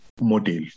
model